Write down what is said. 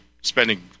spending